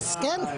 כן?